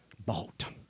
bought